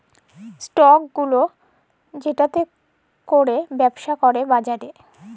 stock গুলা যেটতে ক্যইরে ব্যবছা ক্যরে বাজারে